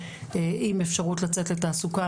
עם אפשרות לצאת לתעסוקה.